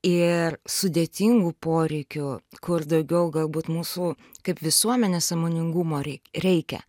ir sudėtingų poreikių kur daugiau galbūt mūsų kaip visuomenės sąmoningumo rei reikia